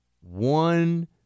one